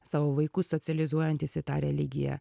savo vaikus socializuojantis į tą religiją